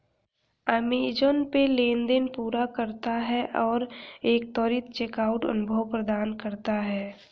Amazon Pay लेनदेन पूरा करता है और एक त्वरित चेकआउट अनुभव प्रदान करता है